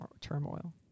turmoil